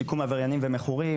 שיקום עבריינים ומכורים,